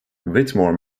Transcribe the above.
whitmore